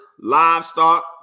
livestock